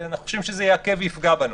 אנחנו חושבים שזה יעכב ויפגע בנו.